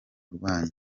rwanyu